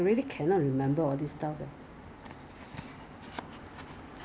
actually 你遥遥看水的 hor 最水的 right 一定是 toner 的